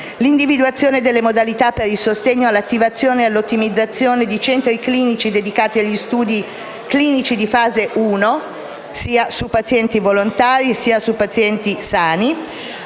l'individuazione delle modalità per il sostegno all'attivazione e all'ottimizzazione di centri clinici dedicati agli studi clinici di fase I, sia su pazienti sia su volontari sani,